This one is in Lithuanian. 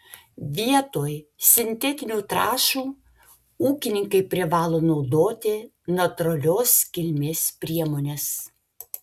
vietoj sintetinių trąšų ūkininkai privalo naudoti natūralios kilmės priemones